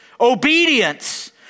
obedience